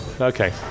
Okay